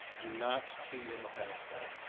do not key in the pass code,